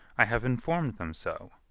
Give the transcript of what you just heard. i have inform'd them so.